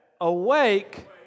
Awake